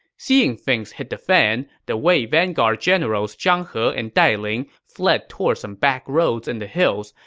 seeing things hit the fan, the wei vanguard generals zhang he and dai ling fled toward some backroads in the hills,